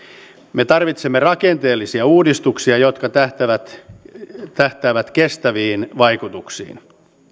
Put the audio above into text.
me tarvitsemme rakenteellisia uudistuksia jotka tähtäävät tähtäävät kestäviin vaikutuksiin